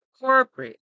corporate